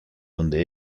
donde